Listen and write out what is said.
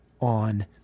on